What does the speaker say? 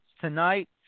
tonight